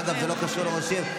אגב, זה לא קשור לראש עיר.